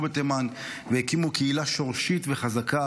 בתימן והקימו קהילה שורשית וחזקה,